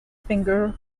finger